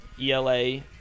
E-L-A